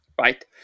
right